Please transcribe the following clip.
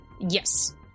Yes